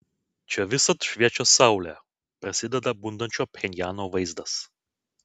čia visad šviečia saulė prasideda bundančio pchenjano vaizdais